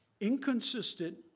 inconsistent